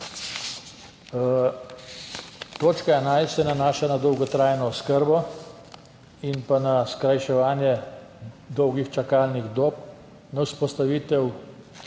Točka 11 se nanaša na dolgotrajno oskrbo in na skrajševanje dolgih čakalnih dob, na predlog vzpostavitve